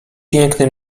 piękny